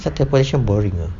teleportation boring ah